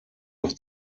noch